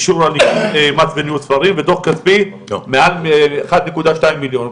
אישור מס וניהול ספרים ודו"ח כספי מעל אחד נקודה שניים מיליון.